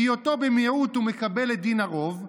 בהיותו במיעוט הוא מקבל את דין הרוב,